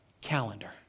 Calendar